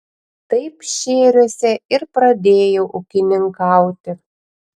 taip šėriuose ir pradėjau ūkininkauti